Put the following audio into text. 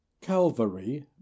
calvary